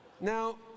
Now